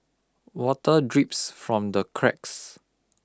water drips from the cracks